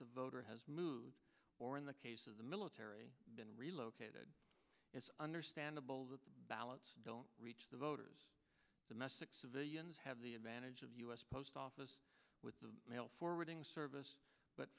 the voter has moved or in the case of the military been relocated it's understandable that ballots don't reach the voters domestic civilians have the advantage of the u s post office with the mail forwarding service but